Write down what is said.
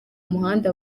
muhanda